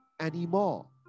anymore